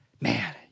man